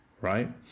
right